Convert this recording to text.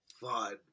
Fun